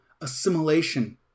Assimilation